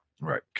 Right